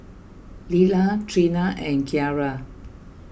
Lilah Treena and Kiarra